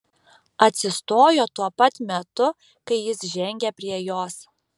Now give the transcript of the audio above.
atsistojo tuo pat metu kai jis žengė prie jos